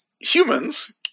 humans